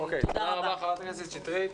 תודה רבה לחברת הכנסת שטרית.